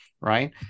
Right